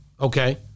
Okay